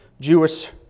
Jewish